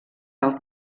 del